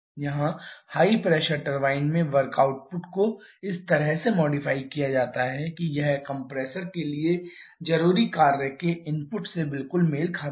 यहां high pressure turbine में work output को इस तरह से मॉडिफाई किया जाता है कि यह कंप्रेसर के लिए जरूरी कार्य के इनपुट से बिल्कुल मेल खाता है